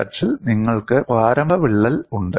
negative x അക്ഷത്തിൽ നിങ്ങൾക്ക് പ്രാരംഭ വിള്ളൽ ഉണ്ട്